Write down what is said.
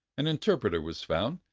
an interpreter was found,